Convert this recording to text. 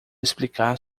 explicar